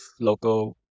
local